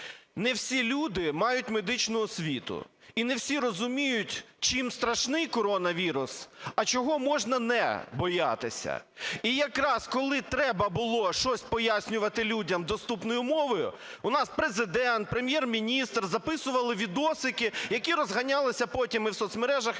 Не всі люди мають медичну освіту і не всі розуміють, чим страшний коронавірус, а чого можна не боятися. І якраз коли треба було щось пояснювати людям доступною мовою, у нас Президент, Прем'єр-міністр записували відосики, які розганялися потім і в соцмережах,